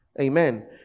Amen